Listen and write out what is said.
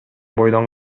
бойдон